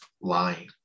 lying